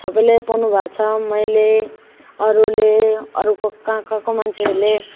सबले पाउनु भएको छ मैले अरूले अरूको कहाँ कहाँको मान्छेहरूले